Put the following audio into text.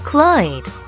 Clyde